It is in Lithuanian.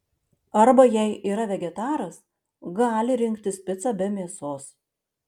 arba jei yra vegetaras gali rinktis picą be mėsos